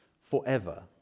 forever